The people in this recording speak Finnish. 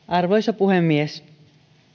arvoisa puhemies